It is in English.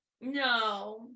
No